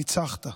ניצחת.